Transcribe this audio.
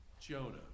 Jonah